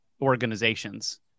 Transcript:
organizations